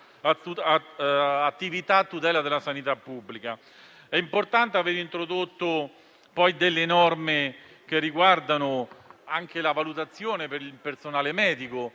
attività a tutela della sanità pubblica. È importante aver introdotto delle norme che riguardano anche la valutazione per il personale medico.